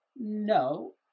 No